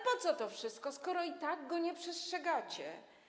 Po co to wszystko, skoro i tak go nie przestrzegacie?